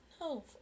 No